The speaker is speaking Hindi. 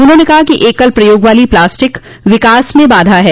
उन्होंने कहा कि एकल प्रयोग वाली प्लास्टिक विकास में बाधा है